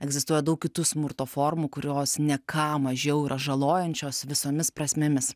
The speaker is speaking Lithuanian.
egzistuoja daug kitų smurto formų kurios ne ką mažiau yra žalojančios visomis prasmėmis